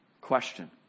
question